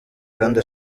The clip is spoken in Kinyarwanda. kandi